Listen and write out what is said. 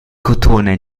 cotone